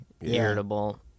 Irritable